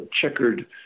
checkered